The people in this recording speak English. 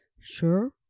sure